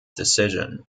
decision